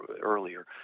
earlier